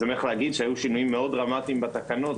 להגיד שהיו שינויים מאוד דרמטיים בתקנות.